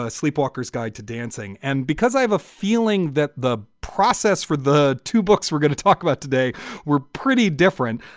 ah sleepwalkers guide to dancing. and because i have a feeling that the process for the two books we're going to talk about today were pretty different.